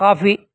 coffee